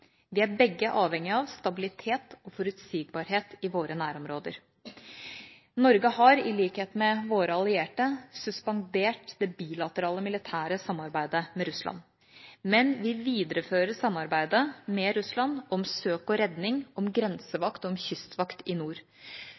Vi er begge avhengig av stabilitet og forutsigbarhet i våre nærområder. Norge har, i likhet med våre allierte, suspendert det bilaterale militære samarbeidet med Russland, men vi viderefører samarbeidet med Russland om søk og redning, om grensevakt, om kystvakt i nord.